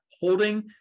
holding